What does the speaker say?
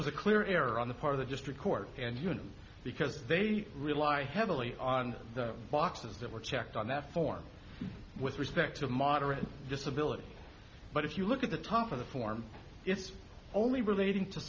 was a clear error on the part of the district court and human because they rely heavily on the boxes that were checked on that form with respect to moderate disability but if you look at the top of the form it's only relating to